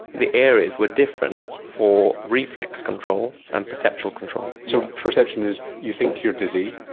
the areas were different for reflex control and perceptual control. so perception is you think you are dizzy,